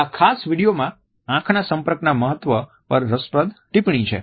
આ ખાસ વીડિયોમાં આંખના સંપર્કના મહત્વ પર રસપ્રદ ટિપ્પણી છે